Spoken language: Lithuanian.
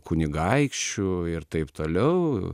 kunigaikščių ir taip toliau